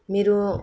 मेरो